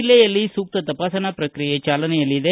ಜಿಲ್ಲೆಯಲ್ಲಿ ಸೂಕ್ತ ತಪಾಸಣಾ ಪ್ರಕ್ರಿಯೆ ಚಾಲನೆಯಲ್ಲಿದೆ